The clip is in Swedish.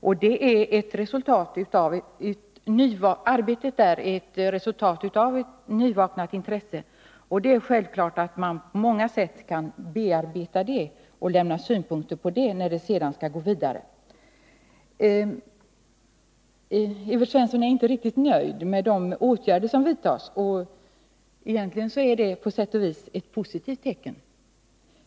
Arbetet är ett resultat av ett nyvaknat intresse. Det är självklart att man på många sätt kan bearbeta det och lämna synpunkter på det när man skall gå vidare. Evert Svensson är inte riktigt nöjd med de åtgärder som vidtas, och egentligen är det på sätt och vis ett positivt tecken.